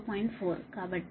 కాబట్టి ప్రవేశం j 0